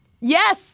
Yes